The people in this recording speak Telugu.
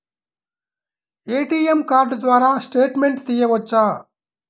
ఏ.టీ.ఎం కార్డు ద్వారా స్టేట్మెంట్ తీయవచ్చా?